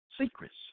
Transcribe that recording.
secrets